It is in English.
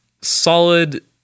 solid